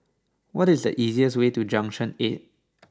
what is the easiest way to Junction eight